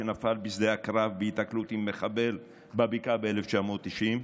שנפל בשדה הקרב בהיתקלות עם מחבל בבקעה ב-1990,